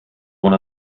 one